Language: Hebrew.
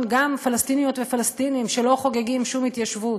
גם פלסטיניות ופלסטינים שלא חוגגים שום התיישבות,